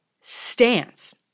stance